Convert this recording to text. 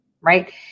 right